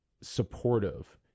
supportive